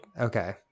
Okay